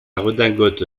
redingote